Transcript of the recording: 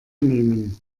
nehmen